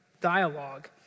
dialogue